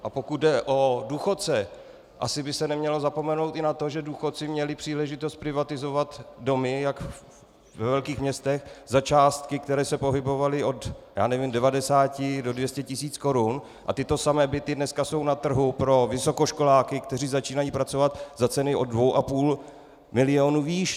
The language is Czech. A pokud jde o důchodce, asi by se nemělo zapomenout i na to, že důchodci měli příležitost privatizovat domy jak ve velkých městech za částky, které se pohybovaly od 90 do 200 tisíc korun, a tyto samé byty dneska jsou na trhu pro vysokoškoláky, kteří začínají pracovat, za ceny od 2,5 milionu výš.